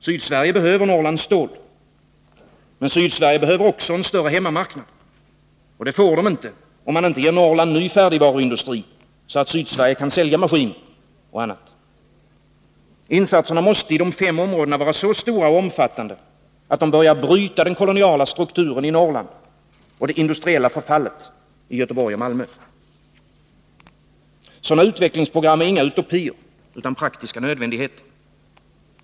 Sydsverige behöver Norrlands stål. Men Sydsverige behöver också en större hemmamarknad. Det är inte möjligt om man inte först ger Norrland en ny färdigvaruindustri. Därmed kan Sydsverige sälja maskiner och annat. Insatserna i de fem områdena måste vara så stora och så omfattande att de kan bryta den koloniala strukturen i Norrland och det industriella förfallet i Göteborg och Malmö. Sådana utvecklingsprogram är inga utopier, utan praktiska nödvändigheter.